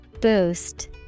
Boost